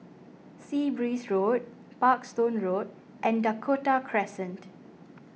Sea Breeze Road Parkstone Road and Dakota Crescent